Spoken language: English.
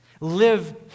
Live